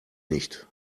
nicht